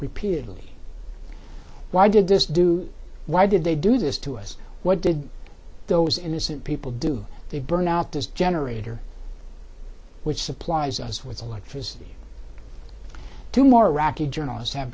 repeatedly why did this do why did they do this to us what did those innocent people do they burn out this generator which supplies us with electricity to more iraqi journalists have